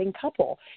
couple